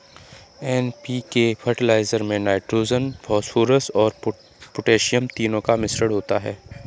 NPK fertiliser में nitrogen, phosphorus और potassium तीनों का मिश्रण होता है